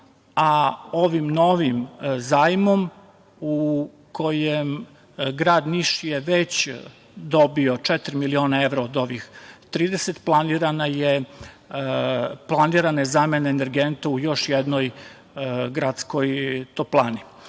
a ovim novim zajmom u kojem grad Niš je već dobio četiri miliona evra od ovih 30, planirana je zamena energenta u još jednoj gradskoj toplani.